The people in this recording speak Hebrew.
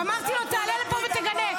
אמרתי לו: תעלה לפה ותגנה.